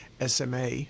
SMA